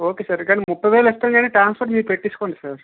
okay sir కానీ ముప్పై వేలు ఎక్స్ట్రా అయినా ట్రాన్స్ఫర్ మీరు పెట్టేసుకోండి సార్